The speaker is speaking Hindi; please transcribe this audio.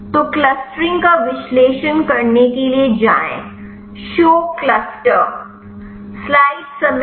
तो क्लस्टरिंग का विश्लेषण करने के लिए जाएं शो क्लस्टर